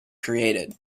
created